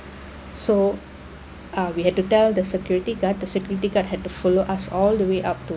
so ah we had to tell the security guard the security guard had to follow us all the way up to